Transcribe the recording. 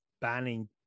banning